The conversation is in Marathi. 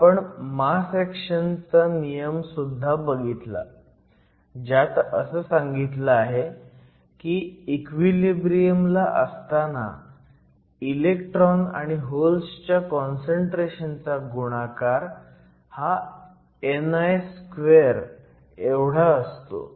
आपण मास ऍक्शन चा नियन सुद्धा बघितला ज्यात असं सांगितलं आहे की इक्विलिब्रियम ला असताना इलेक्ट्रॉन आणि होल्स च्या काँसंट्रेशन चा गुणाकार हा ni2 एवढा असतो